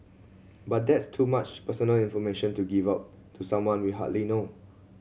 but that's too much personal information to give out to someone we hardly know